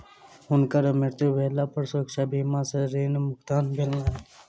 हुनकर मृत्यु भेला पर सुरक्षा बीमा सॅ ऋण भुगतान भेलैन